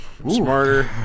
Smarter